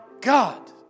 God